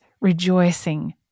rejoicing